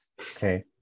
okay